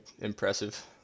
impressive